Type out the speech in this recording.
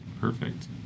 Perfect